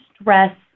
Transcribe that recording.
stress